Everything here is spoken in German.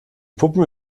puppen